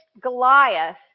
Goliath